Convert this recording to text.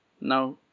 Now